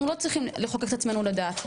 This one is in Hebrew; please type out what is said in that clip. אנחנו לא צריכים לחוקק את עצמנו לדעת.